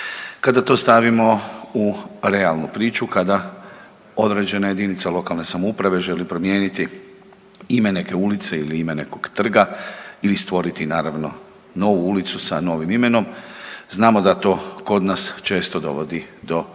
Kada to stavimo u realnu priču, kada određena JLS želi promijeniti ime neke ulice ili ime nekog trga ili stvoriti naravno novu ulicu sa novim imenom znamo da to kod nas često dovodi do političkih